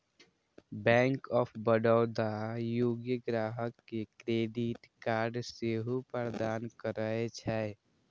bank of Baroda योग्य ग्राहक कें क्रेडिट कार्ड सेहो प्रदान करै छै